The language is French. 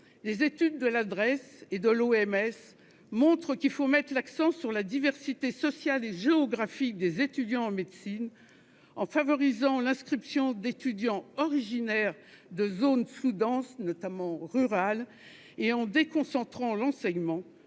mondiale de la santé (OMS) montrent qu'il faut mettre l'accent sur la diversité sociale et géographique des étudiants en médecine, en favorisant l'inscription d'étudiants originaires de zones sous-denses, notamment rurales, et en déconcentrant l'enseignement.